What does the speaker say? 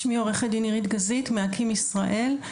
שמי עו"ד עירית גזית, מאקי"ם ישראל.